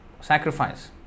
sacrifice